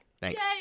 Thanks